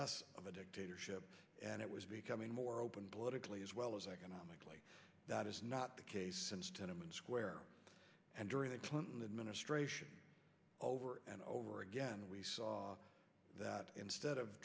less of a dictatorship and it was becoming more open politically as well as economically that is not the case since tenement square and during the clinton administration over and over again we saw that instead of